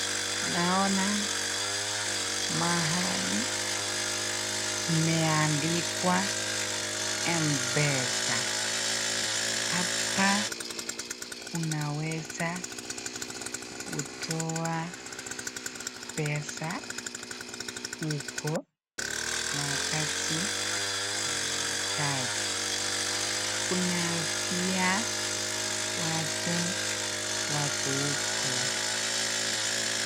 Naona mahali pameandikwa Mpesa. Hapa unaweza kutoa pesa huko wakati unahitaji. Kuna pia watu wako huko.